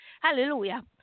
Hallelujah